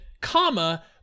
comma